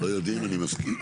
לא יודעים אני מסכים.